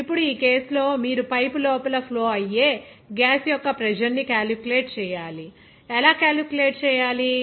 ఇప్పుడు ఈ కేసు లో మీరు పైపు లోపల ఫ్లో అయ్యే గ్యాస్ యొక్క ప్రెజర్ ని క్యాలిక్యులేట్ చేయాలి ఎలా క్యాలిక్యులేట్ చేయాలి